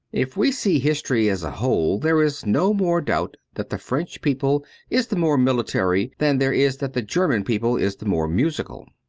if we see history as a whole there is no more doubt that the french people is the more military than there is that the german people is the more musical.